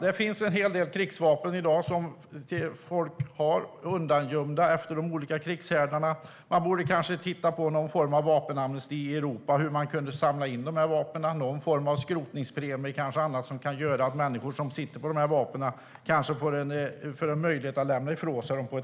Det finns i dag en hel del krigsvapen undangömda efter de olika krigshärdarna. Man borde kanske fundera på någon form av vapenamnesti i Europa för att kunna samla in vapnen. Kanske kunde man införa en skrotningspremie så att de människor som innehar vapnen kan få en möjlighet att lämna ifrån sig dem.